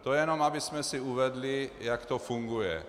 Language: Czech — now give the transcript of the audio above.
To jenom abychom si uvedli, jak to funguje.